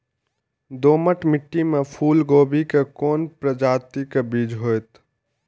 दोमट मिट्टी में फूल गोभी के कोन प्रजाति के बीज होयत?